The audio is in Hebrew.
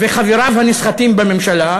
וחבריו הנסחטים בממשלה,